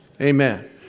Amen